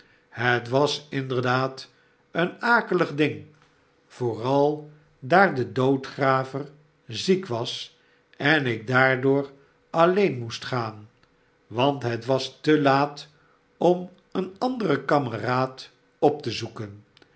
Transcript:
het was inderdaad een akelig ding vooral daar de doodgraver ziek was en ik daardoor alleen moest gaan want het was te laat om een anderen kameraad op te zoeken